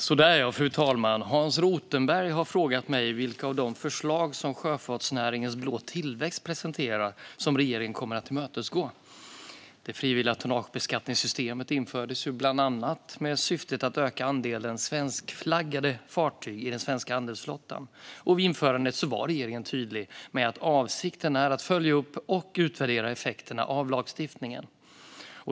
Fru talman! har frågat mig vilka av de förslag som sjöfartsnäringens Blå tillväxt presenterat som regeringen kommer att tillmötesgå. Det frivilliga tonnagebeskattningssystemet infördes bland annat med syftet att öka andelen svenskflaggade fartyg i den svenska handelsflottan. Vid införandet var regeringen tydlig med att avsikten var att följa upp och utvärdera effekterna av lagstiftningen.